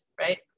right